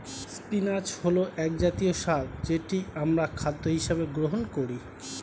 spinach হল একজাতীয় শাক যেটি আমরা খাদ্য হিসেবে গ্রহণ করি